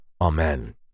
Amen